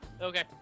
Okay